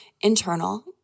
internal